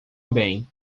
bem